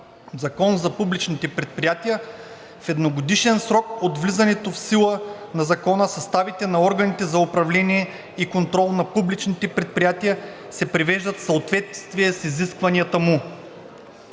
Закон за публичните предприятия в едногодишен срок от влизането в сила на Закона съставите на органите за управление и контрол на публичните предприятия се привеждат в съответствие с изискванията му.